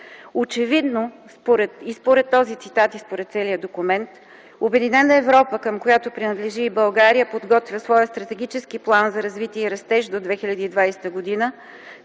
Очевидно и според този цитат, и според целия документ Обединена Европа, към която принадлежи и България, подготвя своя Стратегически план за развитие и растеж до 2020 г.,